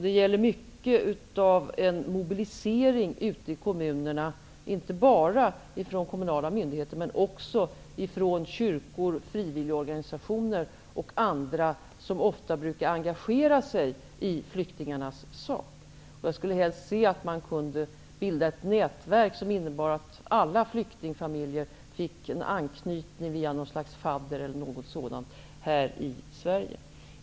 Det gäller i mångt och mycket en mobilisering ute i kommunerna, och då inte bara från kommunala myndigheters sida utan också från kyrkor, frivilligorganisationer och andra som ofta engagerar sig i flyktingarnas sak. Jag skulle helst se att man kunde bilda ett nätverk innebärande att alla flyktingfamiljer får en anknytning via t.ex. ett slags fadder här i Sverige.